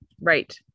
Right